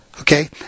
Okay